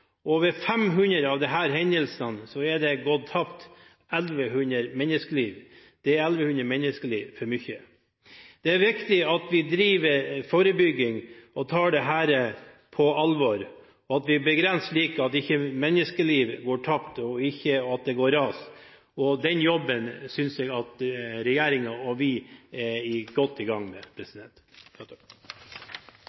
og ved 500 av disse hendelsene er 1 100 menneskeliv gått tapt. Det er 1 100 menneskeliv for mye. Det er viktig at vi driver forebygging og tar dette på alvor, slik at vi unngår at menneskeliv går tapt ved at det ikke går ras. Den jobben synes jeg regjeringen – og vi – er godt i gang med.